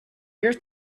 your